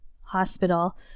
hospital